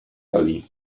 roli